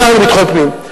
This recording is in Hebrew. השר לביטחון פנים.